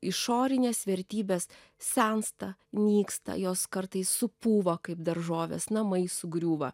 išorinės vertybės sensta nyksta jos kartais supūva kaip daržovės namai sugriūva